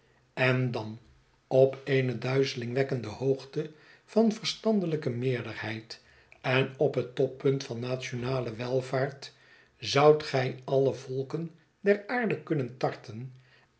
en dan op eene duizelingwekkende hoogte van verstandelijke meerderheid en op het toppunt van nationale welvaart zoudt gij alle volken der aarde kunnen tarten